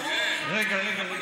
רגע, רגע.